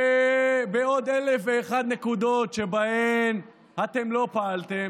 ובעוד אלף ואחת נקודות שבהן אתם לא פעלתם,